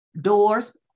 doors